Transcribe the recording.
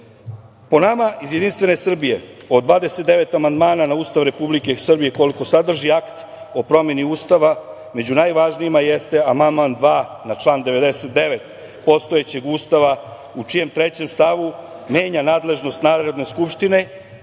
Po nama iz Jedinstvene Srbije od 29 amandmana na Ustav Republike Srbije, koliko sadrži akt o promeni Ustava, među najvažnijima jeste amandman 2. na član 99. postojećeg Ustava u čijem trećem stavu menja nadležnost Narodne skupštine,